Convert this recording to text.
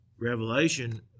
Revelation